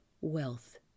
wealth